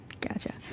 Gotcha